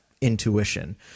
intuition